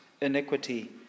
iniquity